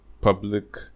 public